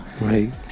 right